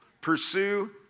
Pursue